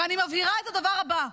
ואני מבהירה את הדבר הבא: